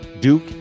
Duke